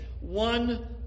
One